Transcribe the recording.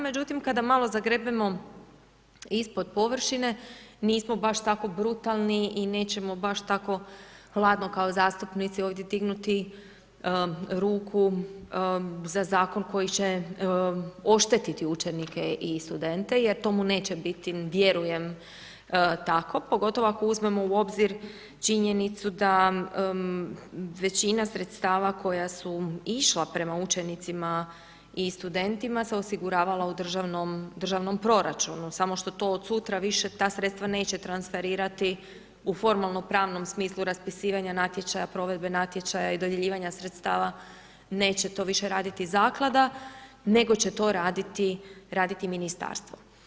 Međutim, kada malo zagrebemo ispod površine, nismo baš tako brutalni i nećemo baš tako hladno kao zastupnici ovdje dignuti ruku za zakon koji će oštetiti učenike i studente, jer to mu neće biti, vjerujem tako, pogotovo ako uzmemo u obzir činjenicu da većina sredstava koja su išla prema učenicima i studentima, se osiguravala u državnom proračunu, samo što to od sutra više, ta sredstva neće transferirati u formalnom pravnom smislu raspisivanje natječaja, provedbe natječaja i dodjeljivanja sredstava, neće to više raditi zaklada, nego će to raditi ministarstvo.